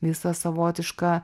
visą savotišką